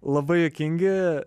labai juokingi